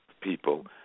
people